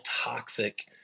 toxic